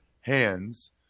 hands